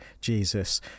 jesus